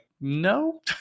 No